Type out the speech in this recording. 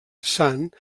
sant